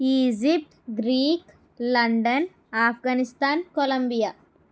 Egypt Greek London Afghanistan Colombia